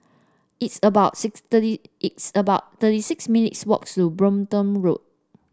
it's about six thirty it's about thirty six minutes' walk to Brompton Road